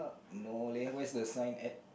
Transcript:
no leh where's the sign at